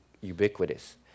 ubiquitous